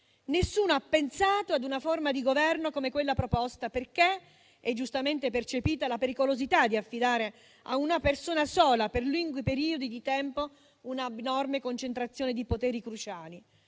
Nessuno ha pensato ad una forma di governo come quella proposta, perché è giustamente percepita la pericolosità di affidare a una persona sola per lunghi periodi di tempo un'abnorme concentrazione di poteri cruciali.